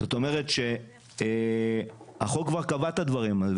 זאת אומרת שהחוק כבר קבע את הדברים האלה.